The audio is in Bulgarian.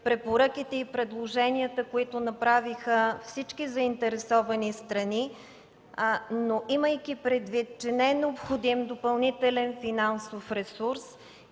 препоръките и предложенията, които направиха всички заинтересовани страни, но имайки предвид, че не е необходим допълнителен финансов ресурс